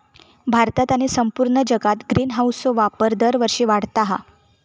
भारतात आणि संपूर्ण जगात ग्रीनहाऊसचो वापर दरवर्षी वाढता हा